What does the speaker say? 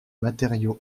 matériau